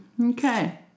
Okay